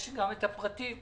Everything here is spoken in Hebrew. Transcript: יש גם את הפרטים.